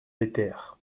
l’éther